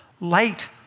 light